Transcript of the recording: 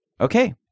Okay